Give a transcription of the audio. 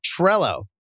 Trello